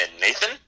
Nathan